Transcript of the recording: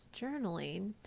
journaling